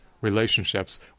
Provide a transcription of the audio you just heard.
Relationships